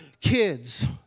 kids